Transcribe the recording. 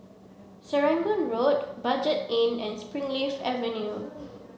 Serangoon Road Budget Inn and Springleaf Avenue